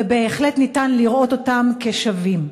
ובהחלט אפשר לראות אותם כשווים.